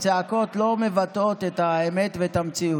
הצעקות לא מבטאות את האמת ואת המציאות.